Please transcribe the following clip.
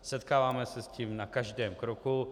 Setkáváme se s tím na každém kroku.